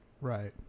right